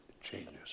changes